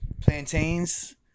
plantains